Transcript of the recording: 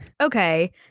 Okay